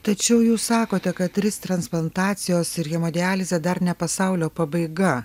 tačiau jūs sakote kad trys transplantacijos ir hemodializė dar ne pasaulio pabaiga